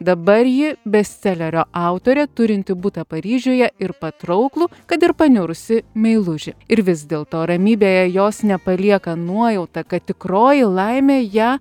dabar ji bestselerio autorė turinti butą paryžiuje ir patrauklų kad ir paniurusį meilužį ir vis dėl to ramybėje jos nepalieka nuojauta kad tikroji laimė ją